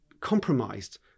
compromised